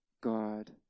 God